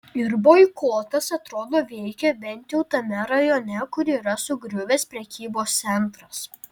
ir boikotas atrodo veikia bent jau tame rajone kur yra sugriuvęs prekybos centras